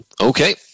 okay